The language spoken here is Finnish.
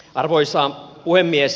arvoisa puhemies